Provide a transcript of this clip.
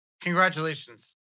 Congratulations